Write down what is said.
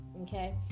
okay